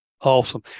awesome